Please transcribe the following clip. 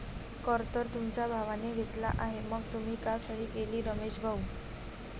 कर तर तुमच्या भावाने घेतला आहे मग तुम्ही का सही केली रमेश भाऊ?